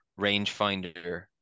Rangefinder